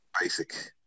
basic